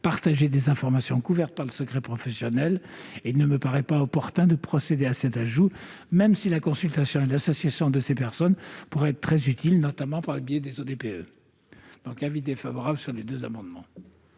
partager des informations couvertes par le secret professionnel. Il ne me paraît pas opportun de procéder à cet ajout, même si la consultation et l'association de ces personnes pourraient être très utiles, notamment par le biais des ODPE. L'avis est défavorable sur les deux amendements.